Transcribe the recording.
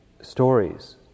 stories